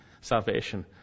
salvation